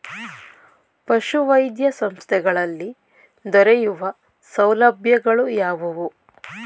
ಪಶುವೈದ್ಯ ಸಂಸ್ಥೆಗಳಲ್ಲಿ ದೊರೆಯುವ ಸೌಲಭ್ಯಗಳು ಯಾವುವು?